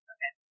Okay